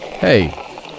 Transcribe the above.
Hey